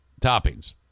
toppings